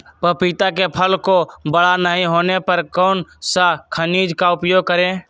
पपीता के फल को बड़ा नहीं होने पर कौन सा खनिज का उपयोग करें?